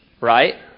right